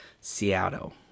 Seattle